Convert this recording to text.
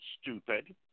stupid